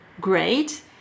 great